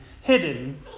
hidden